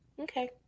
Okay